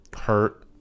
Hurt